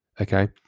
Okay